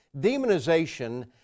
demonization